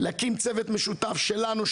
אני מציע להקים צוות משותף שלנו,